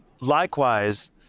Likewise